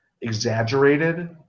exaggerated